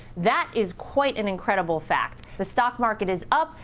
that is quite an incredible fact. the stock market is up.